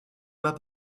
mât